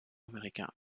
américain